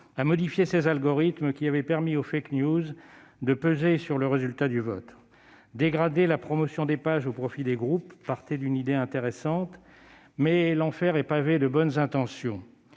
a modifié ses algorithmes qui avaient permis aux de peser sur le résultat du vote. Dégrader la promotion des pages au profit des groupes partait d'une idée intéressante, mais l'enfer est pavé de bonnes intentions